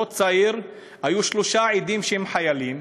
אותו צעיר, היו שלושה עדים, שהם חיילים,